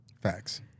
Facts